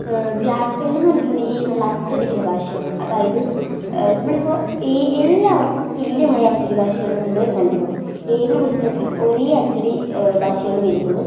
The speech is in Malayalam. വ്യാകരണം എന്ന് പറഞ്ഞിട്ടുണ്ടെങ്കില് നമ്മള് അച്ചടിക്കുന്ന ഭാഷയാണ് അതായത് നമ്മള് ഇപ്പോള് എല്ലാവര്ക്കും തുല്യമായ അച്ചടി ഭാഷയാണ് നമ്മള് നല്കുന്നത് ഏതൊരു പുസ്തകത്തിലും ഒരേ അച്ചടി ഭാഷയാണ് വരുന്നത്